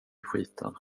skiten